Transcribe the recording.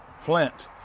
Flint